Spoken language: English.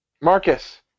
Marcus